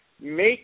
make